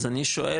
אז אני שואל,